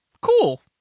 Cool